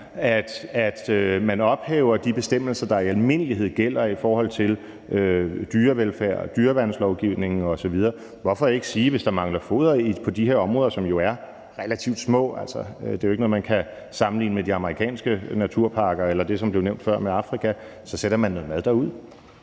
at man ophæver de bestemmelser, der i almindelighed gælder i forhold til dyrevelfærden og dyreværnslovgivningen osv. Hvorfor ikke sige, at hvis der mangler foder på de her områder, som jo er relativt små – det er jo ikke noget, man kan sammenligne med de amerikanske naturparker eller med Afrika, som det blev nævnt før – så sætter man noget mad derud?